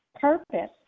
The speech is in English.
purpose